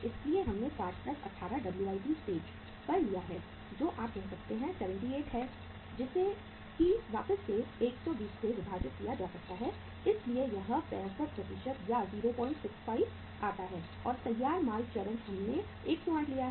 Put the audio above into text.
इसलिए हमने 60 18 WIP stage पर लिया है जो आप कह सकते हैं 78 है जिसे की 120 से विभाजित किया जा सकता है इसलिए यह 65 या 065 आता है और तैयार माल चरण हमने 108 लिया है